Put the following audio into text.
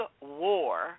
war